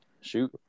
Shoot